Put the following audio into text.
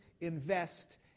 invest